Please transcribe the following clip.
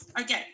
Okay